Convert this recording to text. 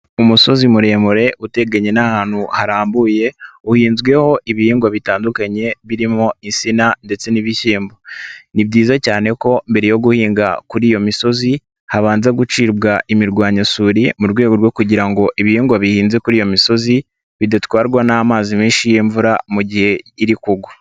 Umusozi muremure uteganye n'ahantu harambuye, uhinzweho ibihingwa bitandukanye birimosina ndetse n'ibishyimbo, ni byiza cyane ko mbere yo guhinga kuri iyo misozi, habanza gucibwa imirwanyasuri, mu rwego rwo kugira ngo ibihingwa bihinze kuri iyo misozi, bidatwarwa n'amazi menshi y'imvura mu gihe iri kugwa.